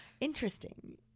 interesting